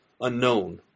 unknown